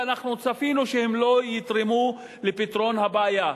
ואנחנו צפינו שהם לא יתרמו לפתרון הבעיה.